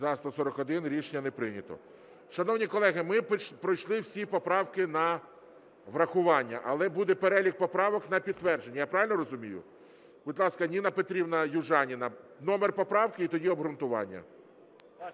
За-141 Рішення не прийнято. Шановні колеги, ми пройшли всі поправки на врахування. Але буде перелік поправок на підтвердження. Я правильно розумію? Будь ласка, Ніна Петрівна Южаніна. Номер поправки і тоді обґрунтування.